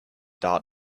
dot